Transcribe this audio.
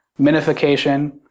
minification